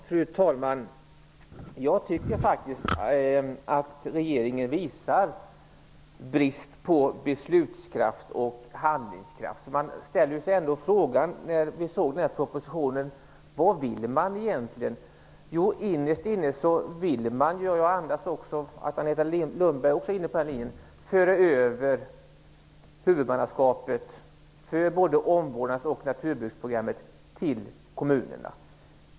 Fru talman! Jag tycker faktiskt att regeringen visar brist på beslutskraft och handlingskraft. Vi ställde oss ändå frågan när vi såg den här propositionen: Vad vill man egentligen? Jo, innerst inne vill man ju, och det andas också Agneta Lundbergs anförande, föra över huvudmannaskapet för både omvårdnads och naturbruksprogrammet till kommunerna.